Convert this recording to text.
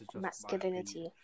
masculinity